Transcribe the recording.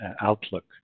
outlook